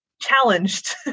challenged